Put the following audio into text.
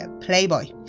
Playboy